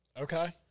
Okay